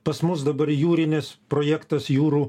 pas mus dabar jūrinis projektas jūrų